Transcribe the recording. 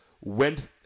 went